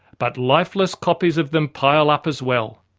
but lifeless copies of them pile up as well,